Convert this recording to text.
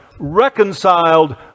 Reconciled